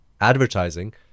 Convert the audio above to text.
Advertising